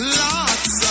lots